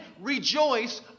Rejoice